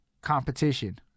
competition